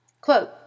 Quote